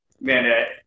man